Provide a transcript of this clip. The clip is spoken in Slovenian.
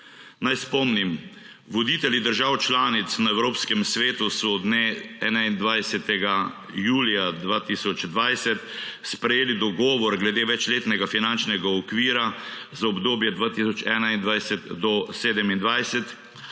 Naj spomnim, voditelji držav članic na Evropskem svetu so dne 21. julija 2020 sprejeli dogovor glede večletnega finančnega okvira za obdobje 2021 do 2027